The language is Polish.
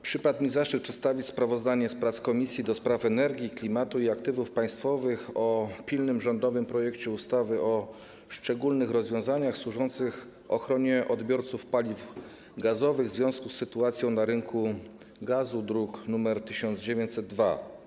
Przypadł mi zaszczyt przedstawienia sprawozdania z prac Komisji do Spraw Energii, Klimatu i Aktywów Państwowych nad pilnym rządowym projektem ustawy o szczególnych rozwiązaniach służących ochronie odbiorców paliw gazowych w związku z sytuacją na rynku gazu, druk nr 1902.